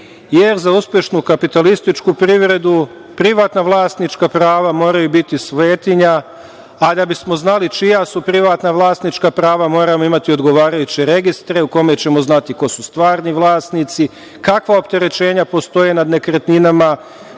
jer za uspešnu kapitalističku privredu privatna vlasnička prava moraju biti svetinja, a da bismo znali čija su privatna vlasnička prava moramo imati odgovarajuće registre u kojima ćemo znati ko su stvarni vlasnici, kakva opterećenja postoje nad nekretninama,